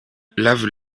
lave